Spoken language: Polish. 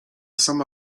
sama